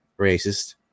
racist